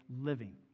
living